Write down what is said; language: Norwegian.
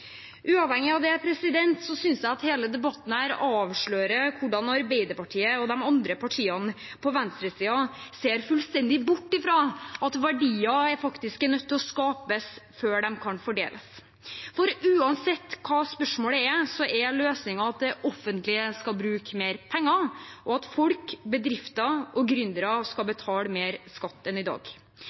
Uavhengig av det synes jeg at hele denne debatten avslører hvordan Arbeiderpartiet og de andre partiene på venstresiden ser fullstendig bort fra at verdier faktisk må skapes før de kan fordeles – for uansett hva spørsmålet er, er løsningen at det offentlige skal bruke mer penger, og at folk, bedrifter og gründere skal betale mer skatt enn i dag.